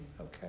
Okay